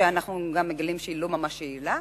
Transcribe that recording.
שאנחנו גם מגלים שהיא לא ממש יעילה,